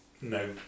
no